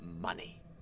money